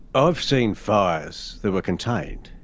ah i've seen fires that were contained,